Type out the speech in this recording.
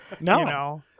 no